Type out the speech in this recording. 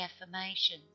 affirmations